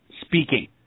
speaking